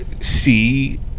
see